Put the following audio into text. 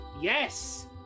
yes